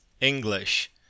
English